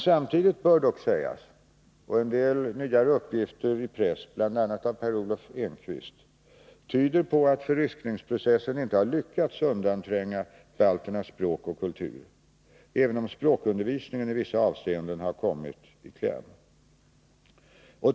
Samtidigt bör dock sägas att en del nyare uppgifter i pressen, bl.a. av Per Olov Enquist, tyder på att förryskningsprocessen inte har lyckats undantränga balternas språk och kultur, även om språkundervisningen i vissa avseenden har kommit i kläm.